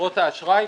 חברות האשראי,